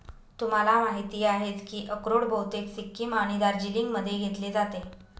तुम्हाला माहिती आहेच की अक्रोड बहुतेक सिक्कीम आणि दार्जिलिंगमध्ये घेतले जाते